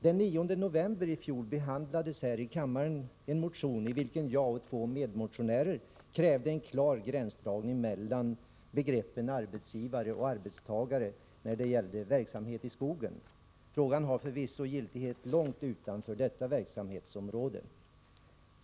Den 9 november i fjol behandlades här i kammaren en motion i vilken jag och två medmotionärer krävde en klar gränsdragning mellan begreppen arbetsgivare och arbetstagare när det gäller verksamhet i skogen. Frågan har förvisso giltighet långt utanför detta verksamhetsområde.